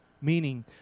meaning